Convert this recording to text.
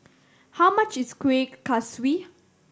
how much is Kueh Kaswi